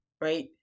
right